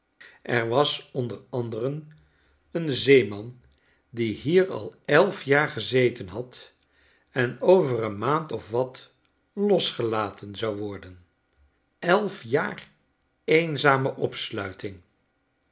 er was onder anderen een zeeman diehier al elf jaar gezeten had en over een maand of wat losgelaten zou worden elf jaar eenzame opsluiting